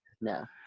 no